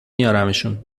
میارمشون